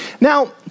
Now